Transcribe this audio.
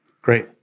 Great